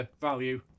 Value